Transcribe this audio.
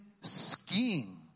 skiing